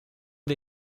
wir